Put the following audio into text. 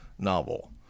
novel